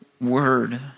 word